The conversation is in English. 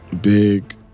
big